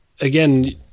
again